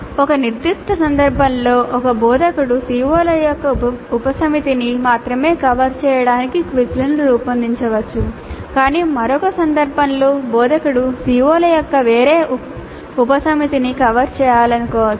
ఒక నిర్దిష్ట సందర్భంలో ఒక బోధకుడు CO ల యొక్క ఉపసమితిని మాత్రమే కవర్ చేయడానికి క్విజ్లను రూపొందించవచ్చు కానీ మరొక సందర్భంలో బోధకుడు CO ల యొక్క వేరే ఉపసమితిని కవర్ చేయాలనుకోవచ్చు